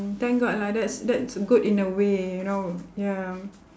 thank god lah that's that's good in a way you know ya